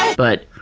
but